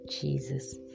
jesus